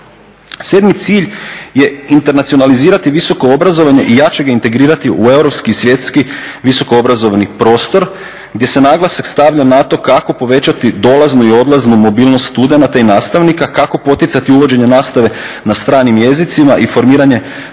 Sedmi cilj je internacionalizirati visoko obrazovanje i jače ga integrirati u europski i svjetski visoko obrazovni prostor gdje se naglasak stavlja na to kako povećati dolaznu i odlaznu mobilnost studenata i nastavnika, kako poticati uvođenje nastave na stranim jezicima i formiranje